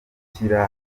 gukira